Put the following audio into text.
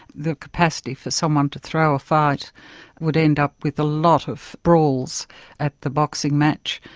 the capacity for someone to throw a fight would end up with a lot of brawls at the boxing match,